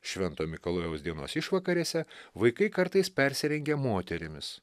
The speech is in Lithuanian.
švento mikalojaus dienos išvakarėse vaikai kartais persirengė moterimis